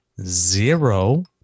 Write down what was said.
zero